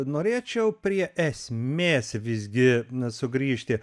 norėčiau prie esmės visgi sugrįžti